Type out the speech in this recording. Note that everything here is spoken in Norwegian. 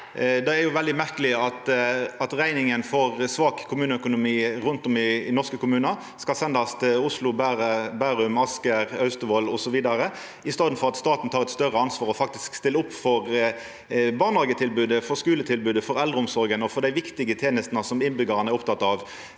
Det er veldig merkeleg at rekninga for svak kommuneøkonomi rundt om i norske kommunar skal sendast til Oslo, Bærum, Asker, Austevoll osv., i staden for at staten tek eit større ansvar og faktisk stiller opp for barnehagetilbodet, skuletilbodet, eldreomsorga og andre viktige tenester som innbyggjarane er opptekne av.